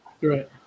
Right